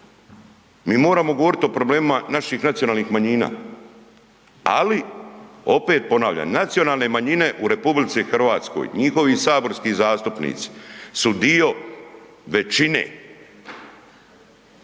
Mi moramo govorit o problemima naših nacionalnih manjina ali opet ponavljam, nacionalne manjine u RH, njihovi saborski zastupnici su dio većine.